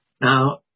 Now